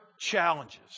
challenges